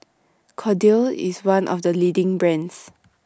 Kordel's IS one of The leading brands